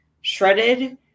shredded